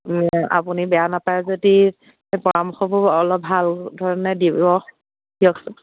আপুনি বেয়া নাপায় যদি পৰামৰ্শবোৰ অলপ ভাল ধৰণে দিব দিয়কচোন